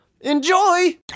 Enjoy